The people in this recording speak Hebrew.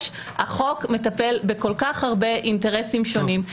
החוק מטפל בכל כך הרבה אינטרסים שונים.